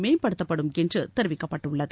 மேம்படுத்தப்படும் என்று தெரிவிக்கப்பட்டுள்ளது